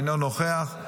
אינו נוכח,